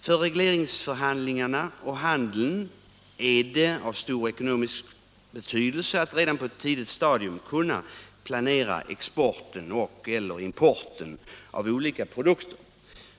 För regleringsförhandlingarna och handeln har det stor ekonomisk betydelse att redan på ett tidigt stadium kunna planera exporten och/eller importen av olika produkter.